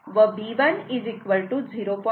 06 व b 1 0